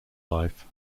life